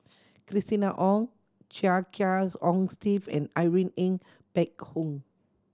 Christina Ong Chia Kiah Hong Steve and Irene Ng Phek Hoong